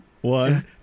One